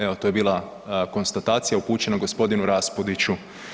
Evo to je bila konstatacija upućena g. Raspudiću.